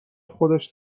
خودش